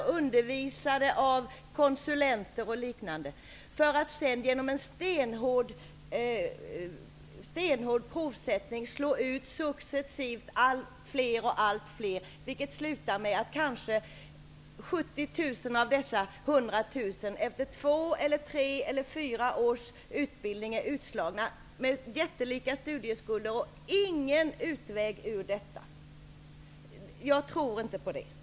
De undervisas av konsulenter och liknande, och genom en stenhård provsättning slås sedan allt fler successivt ut. Det hela slutar med att kanske 70 000 av de 100 000 efter två, tre eller fyra års utbildning är utslagna med jättelika studieskulder och ingen utväg ur detta. Jag tror inte på det.